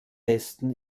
besten